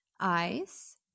eyes